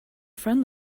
friend